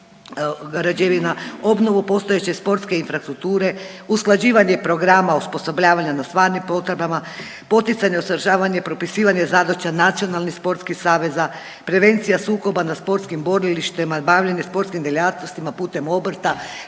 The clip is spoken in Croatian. obnovu postojeće sportske infrastrukture, usklađivanje programa osposobljavanja na stvarnim potrebama, poticanje, usavršavanje, propisivanje zadaća nacionalnih sportskih saveza, prevencija sukoba na sportskim borilištima, bavljenje sportskim djelatnostima putem obrta.